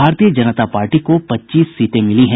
भारतीय जनता पार्टी को पच्चीस सीटें मिली हैं